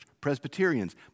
Presbyterians